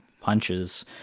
punches